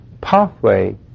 pathway